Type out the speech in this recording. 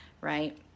right